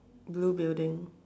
blue building